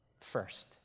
first